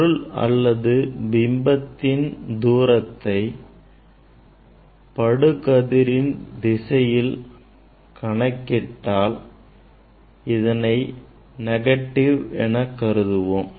பொருள் அல்லது பிம்பத்தின் தூரத்தை படுகதிரின் திசையில் கணக்கிட்டால் இதனை negative என கருதுவோம்